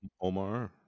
omar